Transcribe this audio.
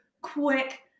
quick